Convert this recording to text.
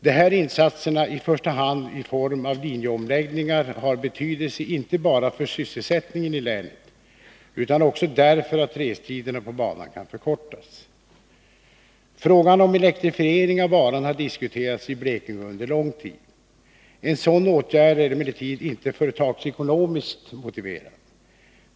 De här insatserna, i första hand i form av linjeomläggningar, har betydelse inte bara för sysselsättningen i länet utan också därför att restiderna på banan kan förkortas. Frågan om elektrifiering av banan har diskuterats i Blekinge under lång tid. En sådan åtgärd är emellertid inte företagsekonomiskt motiverad.